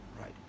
right